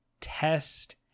test